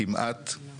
קודם כל ברור דבר אחד,